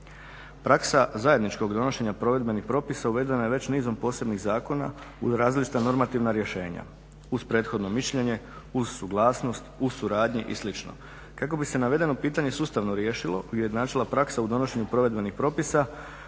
Praksa zajedničkog donošenja provedbenih propisa uvedena je već nizom posebnih zakona uz različita normativna rješenja uz prethodno mišljenje, uz suglasnost u suradnji i slično kako bi se navedeno pitanje sustavno riješilo, ujednačila praksa u donošenju provedbenih propisa